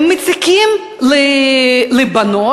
הם מציקים לבנות,